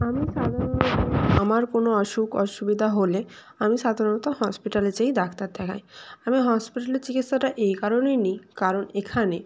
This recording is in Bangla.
আমি সাধারণত আমার কোনো অসুখ অসুবিধা হলে আমি সাধারণত হসপিটালে যেয়েই ডাক্তার দেখাই আমি হসপিটালের চিকিৎসা এই কারণেই নিই কারণ এখানে